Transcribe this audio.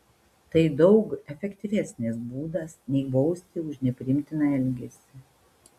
tai daug efektyvesnis būdas nei bausti už nepriimtiną elgesį